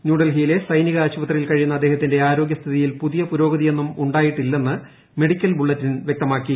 ന്യൂഡൽഹിയിലെ സൈനിക ആശുപത്രിയിൽ കഴിയുന്ന അദ്ദേഹത്തിന്റെ ആരോഗ്യസ്ഥിതിയിൽ പുതിയ പുരോഗതിയൊന്നും ഉണ്ടായിട്ടില്ലെന്ന് മെഡിക്കൽ ബുള്ളറ്റിനിൽ വ്യക്തമാക്കി